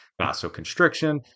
vasoconstriction